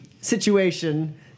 situation